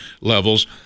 levels